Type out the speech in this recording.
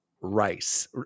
rice